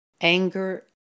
anger